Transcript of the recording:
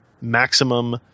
maximum